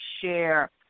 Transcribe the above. share